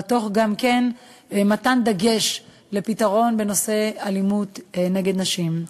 אבל גם כן תוך מתן דגש לפתרון בנושא אלימות נגד נשים.